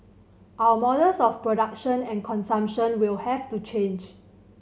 our models of production and consumption will have to change